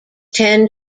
ten